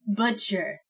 butcher